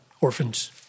orphans